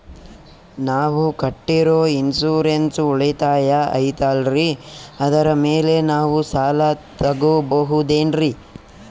ನಾವು ಕಟ್ಟಿರೋ ಇನ್ಸೂರೆನ್ಸ್ ಉಳಿತಾಯ ಐತಾಲ್ರಿ ಅದರ ಮೇಲೆ ನಾವು ಸಾಲ ತಗೋಬಹುದೇನ್ರಿ?